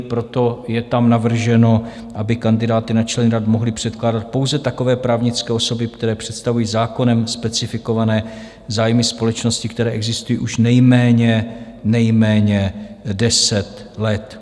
Proto je tam navrženo, aby kandidáty na členy rad mohly předkládat pouze takové právnické osoby, které představují zákonem specifikované zájmy společnosti, které existují už nejméně deset let.